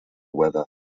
weather